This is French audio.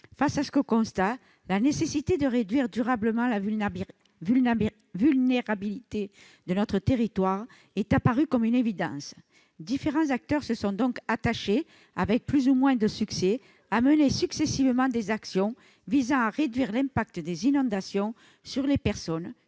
Face à ce constat, la nécessité de réduire durablement la vulnérabilité de notre territoire est apparue comme une évidence. Différents acteurs se sont donc attachés, avec plus ou moins de succès, à mener successivement des actions visant à réduire l'impact des inondations sur les personnes,